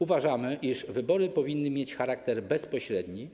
Uważamy, iż wybory powinny mieć charakter bezpośredni.